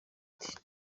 ati